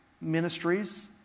ministries